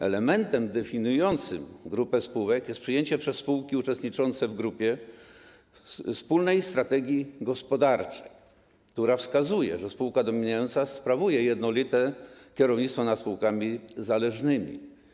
Elementem definiującym grupę spółek jest przyjęcie przez spółki uczestniczące w grupie wspólnej strategii gospodarczej, która wskazuje, że spółka dominująca sprawuje jednolite kierownictwo nad spółkami zależnymi.